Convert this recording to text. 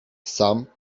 sam